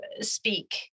speak